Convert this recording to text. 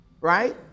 right